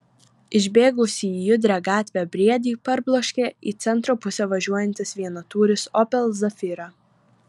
išbėgusį į judrią gatvę briedį parbloškė į centro pusę važiuojantis vienatūris opel zafira